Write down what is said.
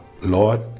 Lord